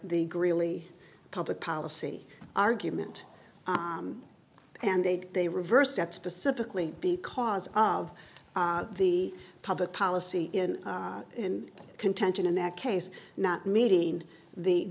the greeley public policy argument and they they reversed that specifically because of the public policy in in contention in that case not meeting the